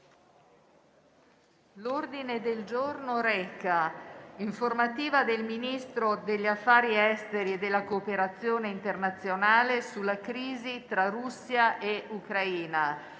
L'ordine del giorno reca: «Informativa del Ministro degli affari esteri e della cooperazione internazionale sulla crisi tra Russia e Ucraina».